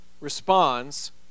responds